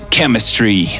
Chemistry